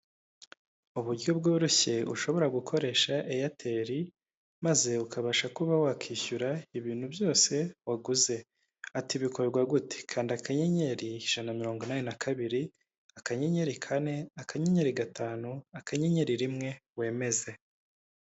Uburyo bworoshye ushobora gukoresha eyateri maze ukabasha kuba wakishyura ibintu byose waguze, ati :'' Bikorwa gute, kanda kanyenyeri ijana na mirongo inani na kabiri, akanyenyeri kane, akannyeri gatanu, akanyenyeri rimwe wemeze.''